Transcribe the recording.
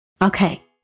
Okay